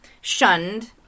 shunned